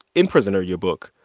in prisoner, your book,